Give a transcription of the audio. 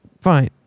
Fine